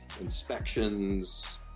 inspections